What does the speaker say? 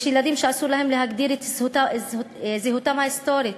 יש ילדים שאסור להם להגדיר את זהותם ההיסטורית,